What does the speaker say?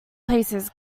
places